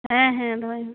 ᱦᱮᱸ ᱦᱮᱸ ᱫᱚᱦᱚᱭ ᱢᱮ